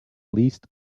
least